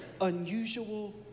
Unusual